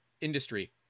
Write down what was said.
industry